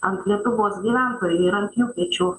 ant lietuvos gyventojų ir ant jų pečių